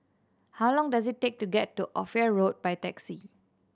how long does it take to get to Ophir Road by taxi